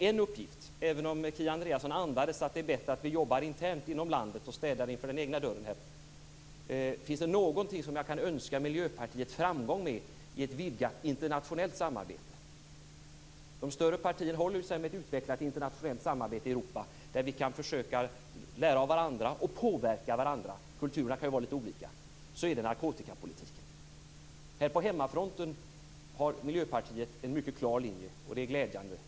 Kia Andreasson antydde att det är bättre att jobba internt inom landet och städa för egen dörr, men finns det något område där jag kan önska Miljöpartiet framgång i ett vidgat internationellt samarbete - de större partierna håller sig ju med ett utvecklat internationellt samarbete i Europa där vi kan försöka lära av och påverka varandra, då kulturerna ju kan vara litet olika - så är det narkotikapolitiken. Här på hemmafronten har Miljöpartiet en mycket klar linje, och det är glädjande.